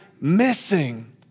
missing